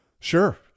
Sure